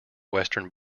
western